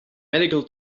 medical